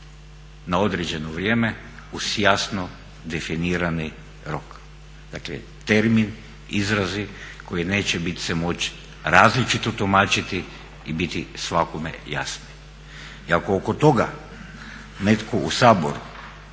na određeno vrijeme uz jasno definirani rok. Dakle, termin, izrazi koji neće biti se moći različito tumačiti i biti svakome jasni. I ako oko toga netko u Saboru